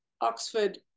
Oxford